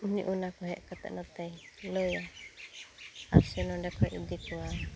ᱤᱧᱟᱹᱜ ᱚᱱᱟᱠᱩ ᱦᱮᱡᱠᱟᱛᱮ ᱱᱚᱛᱮ ᱞᱟᱹᱭᱟ ᱟᱨ ᱥᱮ ᱱᱚᱰᱮ ᱠᱷᱚᱡ ᱤᱫᱤ ᱠᱚᱣᱟ